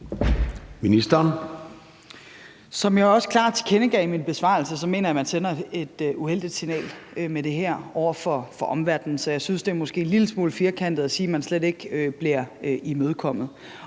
Som jeg også klart tilkendegav i min besvarelse, mener jeg, man sender et uheldigt signal med det her over for omverdenen, så jeg synes, at det måske er en lille smule firkantet at sige, at spørgeren slet ikke bliver imødekommet.